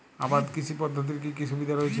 আবাদ কৃষি পদ্ধতির কি কি সুবিধা রয়েছে?